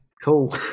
cool